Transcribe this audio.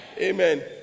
Amen